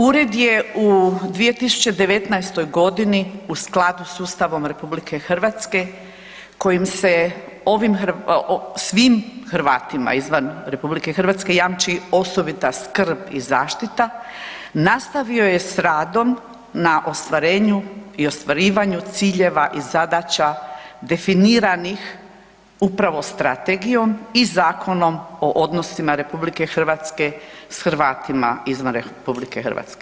Ured je u 2019. g. u skladu s Ustavom RH kojim se svim Hrvatima izvan RH jamči osobita skrb i zaštita, nastavio je s radom na ostvarenju i ostvarivanju ciljeva i zadaća definiranih upravo strategijom i Zakonom o odnosima RH s Hrvatima izvan RH.